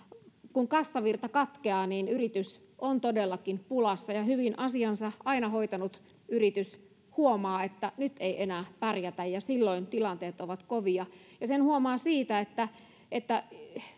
kun kassavirta katkeaa niin yritys on todellakin pulassa ja kun asiansa aina hyvin hoitanut yritys huomaa että nyt ei enää pärjätä niin silloin tilanteet ovat kovia sen huomaa siitä että että